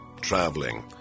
traveling